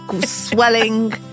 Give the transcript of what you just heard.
swelling